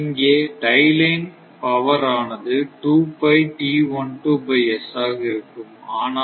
இங்கே tie line power ஆனது ஆக இருக்கும்